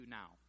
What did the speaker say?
now